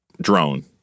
drone